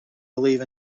believe